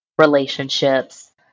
relationships